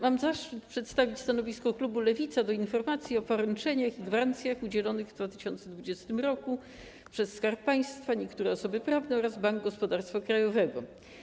Mam zaszczyt przedstawić stanowisko klubu Lewica dotyczące informacji o poręczeniach i gwarancjach udzielonych w 2020 r. przez Skarb Państwa, niektóre osoby prawne oraz Bank Gospodarstwa Krajowego.